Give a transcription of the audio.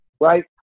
right